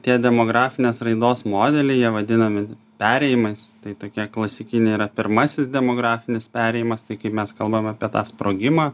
tie demografinės raidos modeliai jie vadinami perėjimais tai tokie klasikiniai yra pirmasis demografinis perėjimas tai kai mes kalbame apie tą sprogimą